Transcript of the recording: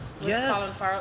Yes